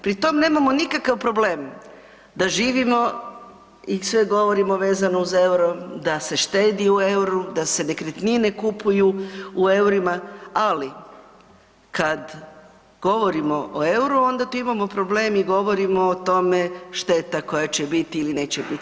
Pri tom nemamo nikakav problem, da živimo i sve govorimo vezano uz EUR-o, da se šteti u EUR-u, da se nekretnine kupuju u EUR-ima, ali kad govorimo o EUR-u onda tu imamo problem i govorimo o tome šteta koja će biti ili neće biti.